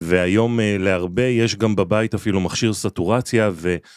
והיום להרבה יש גם בבית אפילו מכשיר סטורציה ו...